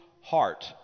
heart